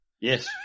Yes